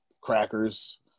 crackers